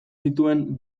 zituen